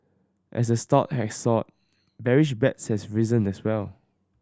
as the stock has soared bearish bets has risen as well